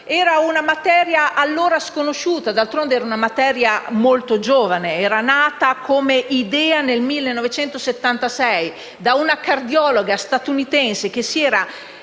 Era una materia allora sconosciuta. D'altronde, era una materia molto giovane. Era nata come idea nel 1976 da una cardiologa statunitense che si era